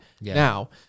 Now